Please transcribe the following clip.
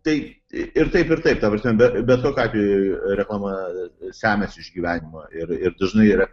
tai ir taip ir taip ta prasme be bet kokiu atveju reklama semiasi iš gyvenimo ir ir dažnai yra